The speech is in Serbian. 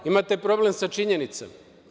Imate problem sa činjenicama.